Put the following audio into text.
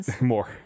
More